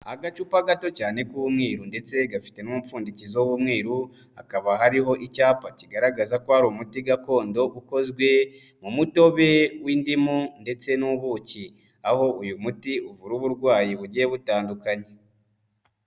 Agacupa gato cyane k'umweru ndetse gafite n'umupfundikizo w'umweru, hakaba hariho icyapa kigaragaza ko ari umuti gakondo ukozwe mu mutobe w'indimu ndetse n'ubuki, aho uyu muti uvura uburwayi bugiye butandukanye.